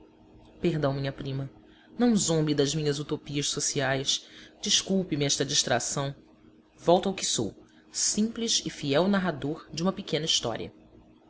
perdão minha prima não zombe das minhas utopias sociais desculpe-me esta distração volto ao que sou simples e fiel narrador de uma pequena história